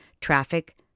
traffic